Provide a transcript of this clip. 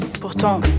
pourtant